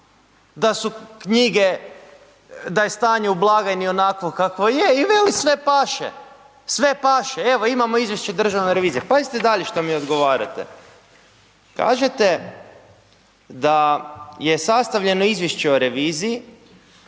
da su knjige, da je stanje u blagajni onakvo kakvo je i veli sve paše, sve paše, evo, imamo izvješće Državne revizije. Pazite dalje šta mi odgovarate, kažete da je sastavljeno izvješće o reviziji